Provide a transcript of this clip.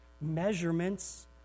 measurements